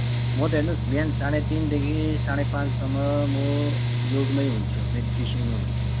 म त हेर्नुहोस् बिहान साढे तिनदेखि साढे पाँचसम्म म योगमै हुन्छु मेडिटेसनमा हुन्छु